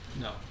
No